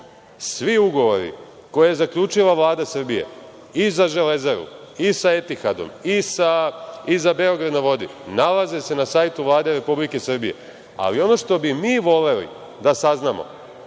svi ugovori, koje je zaključila Vlada Srbije i za „Železaru“ i za „Etihadom“ i na „Beograd na vodi“ nalaze se na sajtu Vlade Republike Srbije, ali ono što bi mi voleli da saznamo